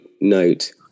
note